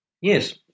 Yes